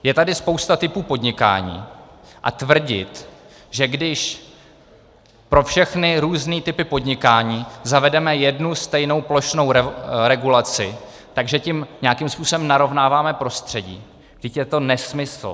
Je tady spousta typů podnikání a tvrdit, že když pro všechny různé typy podnikání zavedeme jednu stejnou plošnou regulaci, tak tím nějakým způsobem narovnáváme prostředí vždyť je to nesmysl.